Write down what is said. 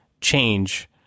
change